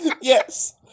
Yes